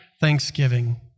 thanksgiving